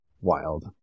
wild